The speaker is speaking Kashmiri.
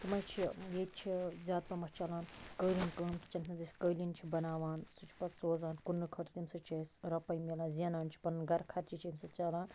تِمَن چھِ ییٚتہِ چھِ زیاد پَہمَتھ چَلان کٲلیٖن کٲم کٲلیٖن چھِ بَناوان سُہ چھ پَتہٕ سوزان کننہٕ خٲطرٕ تمہِ سۭتۍ چھِ أسۍ رۄپے مِلان زینان چھ پَنُن گَرٕ خَرچہِ چھِ امہِ سۭتۍ چَلان